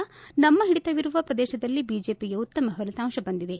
ನಮ್ಮ ಹಿಡಿತವಿರುವ ಪ್ರದೇಶದಲ್ಲಿ ಬಿಜೆಪಿಗೆ ಉತ್ತಮ ಫಲಿತಾಂಶ ಬಂದಿದೆ